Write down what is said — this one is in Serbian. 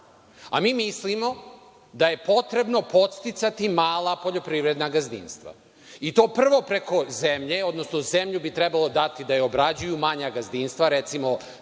A mi mislimo da je potrebno podsticati mala poljoprivredna gazdinstva. I to prvo preko zemlje, odnosno zemlju bi trebalo dati da je obrađuju manja gazdinstva, recimo